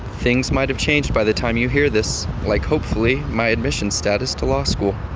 things might have changed by the time you hear this, like hopefully my admission status to law school.